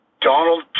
Donald